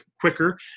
quicker